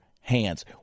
hands